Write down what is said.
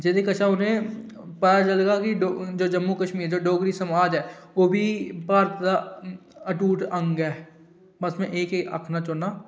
जेह्दे कशा पता चलदा की जो जम्मु कशमीर ऐ डोगरी समाज ऐ ओह्बी भारत दा अटूट अंग ऐ बस में एह् चीज़ आक्खना चाह्नां